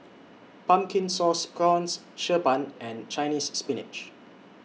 Pumpkin Sauce Prawns Xi Ban and Chinese Spinach